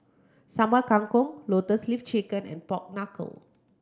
Sambal Kangkong Lotus Leaf Chicken and pork knuckle